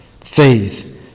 faith